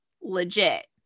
legit